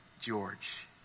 George